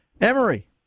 Emory